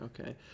Okay